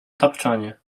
tapczanie